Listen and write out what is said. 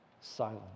silent